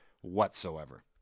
whatsoever